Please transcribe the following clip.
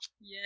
Yes